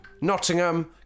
Nottingham